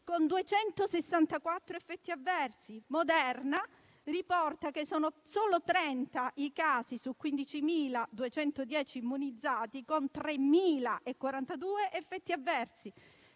con 264 effetti avversi. Moderna riporta che sono solo 30 i casi su 15.210 immunizzati con 3042 effetti avversi.